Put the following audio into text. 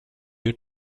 your